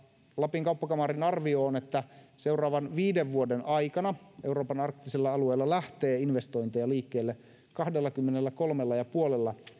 lapin kauppakamarin arvio on että seuraavan viiden vuoden aikana euroopan arktisella alueella lähtee investointeja liikkeelle kahdellakymmenelläkolmella pilkku viidellä